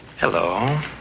hello